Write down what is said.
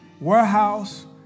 warehouse